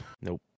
nope